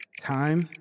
Time